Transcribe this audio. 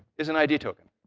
is an id token.